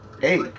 Hey